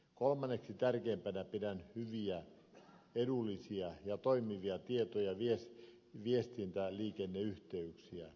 kolmanneksi tärkeimpänä pidän hyviä edullisia ja toimivia tieto ja viestintäliikenneyhteyksiä